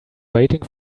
waiting